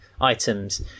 items